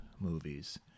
movies